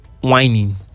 whining